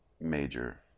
major